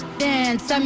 dance